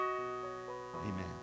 amen